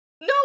No